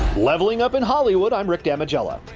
leveling up in hollywood, i'm rick damigella.